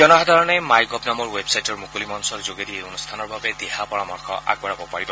জনসাধাৰণে My Gov নামৰ ৱেবছাইটটোৰ মুকলি মঞ্চৰ যোগেদি এই অনুষ্ঠানৰ বাবে দিহা পৰামৰ্শ আগবঢ়াব পাৰিব